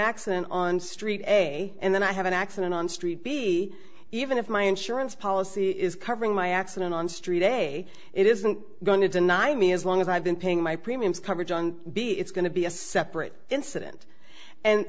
accident on street a and then i have an accident on street b even if my insurance policy is covering my accident on street day it isn't going to deny me as long as i've been paying my premiums coverage on b it's going to be a separate incident and